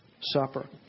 Supper